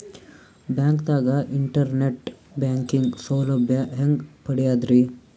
ಬ್ಯಾಂಕ್ದಾಗ internet banking ಸೌಲಭ್ಯ ಹೆಂಗ್ ಪಡಿಯದ್ರಿ?